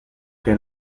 que